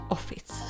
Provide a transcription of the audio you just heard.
Office